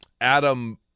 Adam